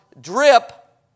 drip